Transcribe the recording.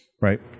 right